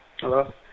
hello